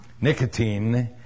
Nicotine